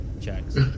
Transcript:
checks